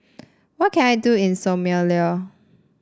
what can I do in Somalia